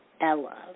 Ella